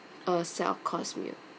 a set of course meal